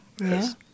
Yes